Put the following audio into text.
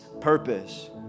purpose